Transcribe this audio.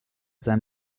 sein